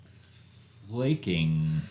flaking